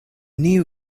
new